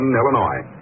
Illinois